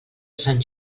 sant